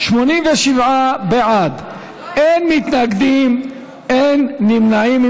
87 בעד, אין מתנגדים, אין נמנעים.